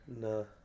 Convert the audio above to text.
No